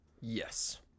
Yes